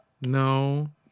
No